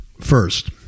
first